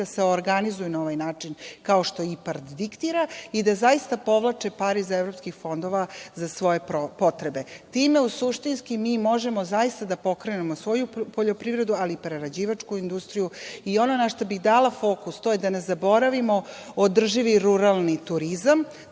da se organizuju na ovaj način, kao što IPARD diktira i da zaista povlače pare iz evropskih fondova za svoje potrebe. Time, suštinski, mi možemo zaista da pokrenemo svoju poljoprivredu, ali i prerađivačku industriju. Ono na šta bih dala fokus, to je da ne zaboravimo održivi ruralni turizam.